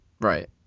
Right